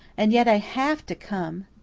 and yet i have to come.